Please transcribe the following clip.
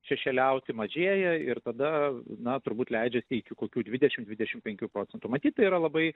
šešėliauti mažėja ir tada na turbūt leidžiasi iki kokių dvidešim dvidešim penkių procentų matyt tai yra labai